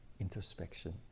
introspection